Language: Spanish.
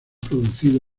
producido